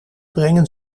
brengen